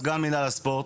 סגן מינהל הספורט,